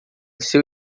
seu